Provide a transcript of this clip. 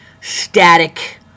static